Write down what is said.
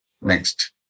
Next